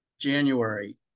January